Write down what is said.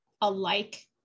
alike